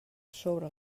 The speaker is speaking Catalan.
sobre